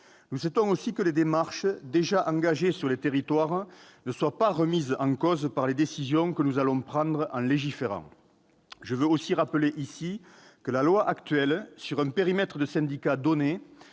Nous souhaitons en outre que les démarches déjà engagées sur les territoires ne soient pas remises en question par les décisions que nous allons prendre en légiférant. Je veux aussi rappeler que la loi actuelle, sur un périmètre de syndicat donné,